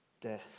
death